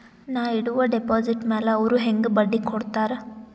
ನಾ ಇಡುವ ಡೆಪಾಜಿಟ್ ಮ್ಯಾಲ ಅವ್ರು ಹೆಂಗ ಬಡ್ಡಿ ಕೊಡುತ್ತಾರ?